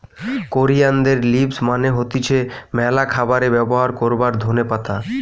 কোরিয়ানদের লিভস মানে হতিছে ম্যালা খাবারে ব্যবহার করবার ধোনে পাতা